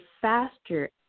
faster